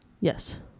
Yes